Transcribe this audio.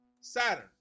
Saturn